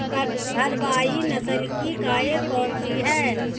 भारवाही नस्ल की गायें कौन सी हैं?